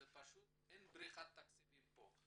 אין בריחת תקציבים כאן.